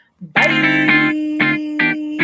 Bye